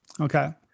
Okay